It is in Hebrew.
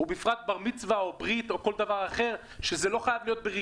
ובפרט בר מצוה או ברית שלא חייבים להיות מלווים